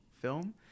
film